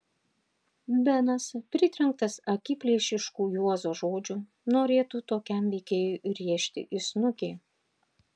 benas pritrenktas akiplėšiškų juozo žodžių norėtų tokiam veikėjui rėžti į snukį